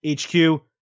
HQ